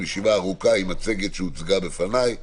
עם מצגת שהוצגה בפניי.